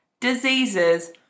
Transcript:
diseases